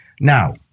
Now